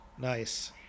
Nice